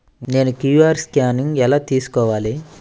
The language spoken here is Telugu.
నేను క్యూ.అర్ స్కాన్ ఎలా తీసుకోవాలి?